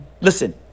listen